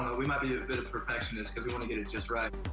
we might be a bit of perfectionists cause we want to get it just right.